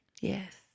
Yes